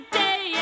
day